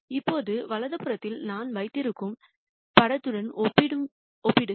இப்போது வலது புறத்தில் நான் வைத்திருக்கும் படத்துடன் ஒப்பிடுக